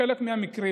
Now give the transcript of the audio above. בחלק מהמקרים,